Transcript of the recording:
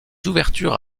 ouvertures